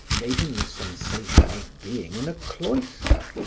gave him the sensation of being in a cloister,